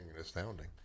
astounding